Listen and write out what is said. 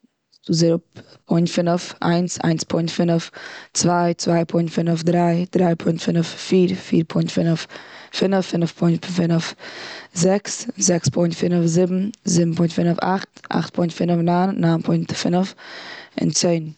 זירא, פוינט פינעף ,איינץ, איינץ פוינט פינעף, צוויי, צוויי פוינט פינעף, דריי, דריי פוינט פינעף, פיר, פיר פוינט פינעף, פינעף, פינעף פוינט פינעף, זעקס, זעקס פוינט פינעף, זיבן, זיבן פוינט פינעף, אכט, אכט פוינט פינעף, ניין, ניין פוינט פינעף, און צען.